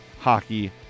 hockey